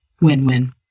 win-win